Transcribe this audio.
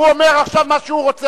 הוא אומר עכשיו מה שהוא רוצה,